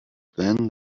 then